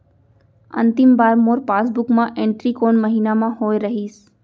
अंतिम बार मोर पासबुक मा एंट्री कोन महीना म होय रहिस?